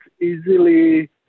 easily